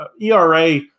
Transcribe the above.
ERA